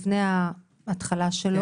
לפני ההתחלה שלו